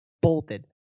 bolted